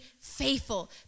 faithful